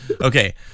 Okay